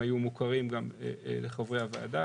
הם היו מוכרים גם לחברי הוועדה,